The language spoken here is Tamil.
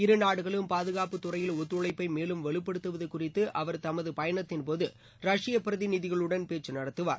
இருநாடுகளும் பாதுகாப்புத் துறையில் ஒத்துழைப்பை மேலும் வலுப்படுத்தவது குறித்து அவர் தமது பயணத்தின்போது ரஷ்ய பிரதிநிதிகளுடன் பேச்சு நடத்துவார்